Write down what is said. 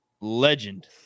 legend